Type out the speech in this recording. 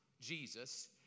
Jesus